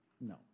no